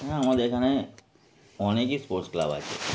হ্যাঁ আমাদের এখানে অনেকই স্পোর্টস ক্লাব আছে